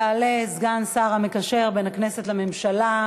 יעלה סגן השר המקשר בין הכנסת לממשלה,